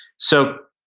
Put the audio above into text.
so